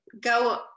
go